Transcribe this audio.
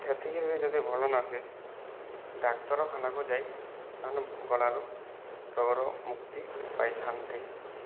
ସେତିକିରେ ବି ଯଦି ଭଲ ନହୁଏ ଡାକ୍ତରଖାନାକୁ ଯାଇ ସେମାନେ ଗଳାରୁ ରୋଗରୁ ମୁକ୍ତି ପାଇଥାନ୍ତି